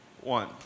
one